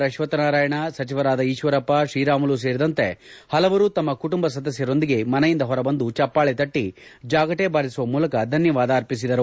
ಅಶ್ವತ್ತ ನಾರಾಯಣ ಸಚಿವರಾದ ಈಶ್ವರಪ್ಪ ಶ್ರೀರಾಮುಲು ಸೇರಿದಂತೆ ಪಲವರು ತಮ್ಮ ಕುಟುಂಬ ಸದಸ್ಯರೊಂದಿಗೆ ಮನೆಯಿಂದ ಹೊರಬಂದು ಚಪ್ಪಾಳೆ ತಟ್ಟಿ ಜಾಗಟೆ ಬಾರಿಸುವ ಮೂಲಕ ಧನ್ಯವಾದ ಅರ್ಪಿಸಿದರು